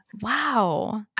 Wow